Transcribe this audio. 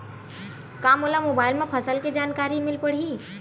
का मोला मोबाइल म फसल के जानकारी मिल पढ़ही?